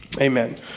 amen